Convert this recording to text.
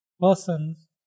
Persons